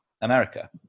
America